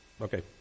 Okay